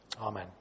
amen